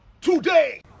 today